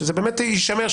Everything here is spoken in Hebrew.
שזה יישמר,